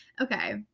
Okay